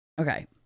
Okay